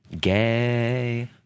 Gay